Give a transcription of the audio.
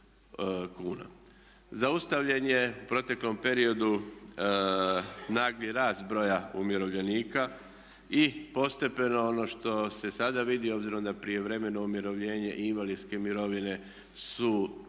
Zaustavljen je u proteklom periodu nagli rast broja umirovljenika i postepeno ono što se sada vidi obzirom da prijevremeno umirovljenje i invalidske mirovine su zaustavljene